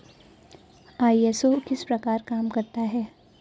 ISO किस प्रकार काम करता है